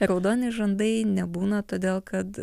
raudoni žandai nebūna todėl kad